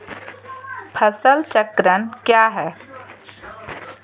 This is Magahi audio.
फसल चक्रण क्या है?